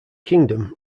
kingdom